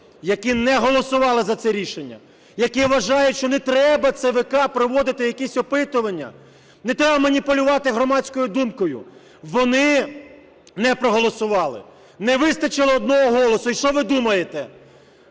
які не голосували за це рішення. Які вважають, що не треба ЦВК проводити якісь опитування, не треба маніпулювати громадською думкою, вони не проголосували, не вистачило одного голосу. І що ви думаєте,